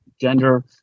gender